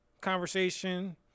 conversation